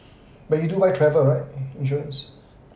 but you do buy travel right insurance